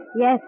Yes